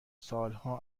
سالها